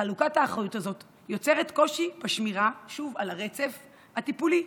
חלוקת האחריות הזאת יוצרת קושי בשמירה על הרצף הטיפולי.